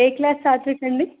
ఏ class Satvik అండి